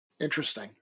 Interesting